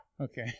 Okay